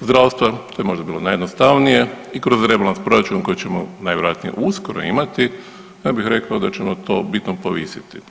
zdravstva, to je možda bilo najjednostavnije i kroz rebalans proračuna koji ćemo najvjerojatnije uskoro imati, ne bih rekao da ćemo to bitno povisiti.